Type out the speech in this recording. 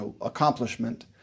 accomplishment